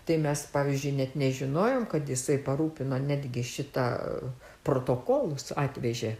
tai mes pavyzdžiui net nežinojom kad jisai parūpino netgi šitą protokolus atvežė